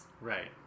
right